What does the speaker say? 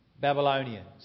Babylonians